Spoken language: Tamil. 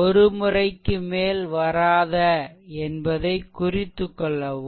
ஒரு முறைக்கு மேல் வராத என்பதை குறித்துக்கொள்ளவும்